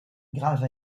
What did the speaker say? graves